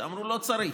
שאמרו: לא צריך,